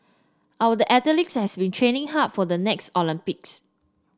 our athletes have been training hard for the next Olympics